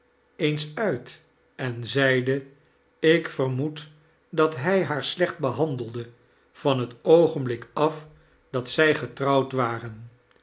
eens uit en zeide ik vermoed dat hij haar slecht behandelde van het oogenblik af dat zij getrouwd waren